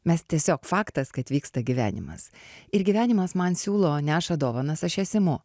mes tiesiog faktas kad vyksta gyvenimas ir gyvenimas man siūlo neša dovanas aš jas imu